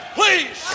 please